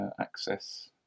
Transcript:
access